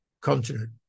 continent